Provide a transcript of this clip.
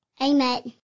Amen